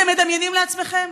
אתם מדמיינים לעצמכם?